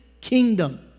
kingdom